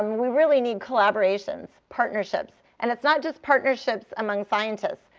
we really need collaborations partnerships. and it's not just partnerships among scientists.